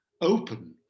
open